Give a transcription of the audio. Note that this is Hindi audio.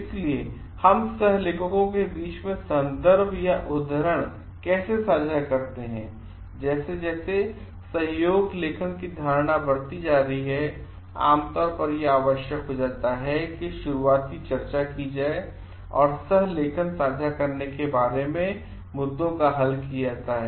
इसलिए हम सहलेखकों के बीच सन्दर्भ या उद्धरण कैसे साझा करते हैंजैसे जैसे सहयोग लेखन की धारणा बढ़ती जा रही है आम तौर पर यह आवश्यक हो जाता है कि शुरुआती चर्चा की जाए और सह लेखन साझा करने के बारे में मुद्दे को हल किया जाता है